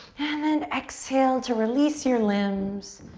and then exhale to release your limbs,